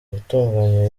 gutunganya